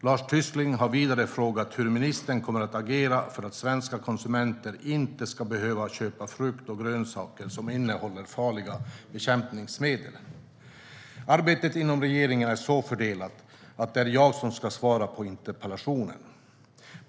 Lars Tysklind har vidare frågat hur ministern kommer att agera för att svenska konsumenter inte ska behöva köpa frukt och grönsaker som innehåller farliga bekämpningsmedel. Arbetet inom regeringen är så fördelat att det är jag som ska svara på interpellationen.